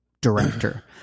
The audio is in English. director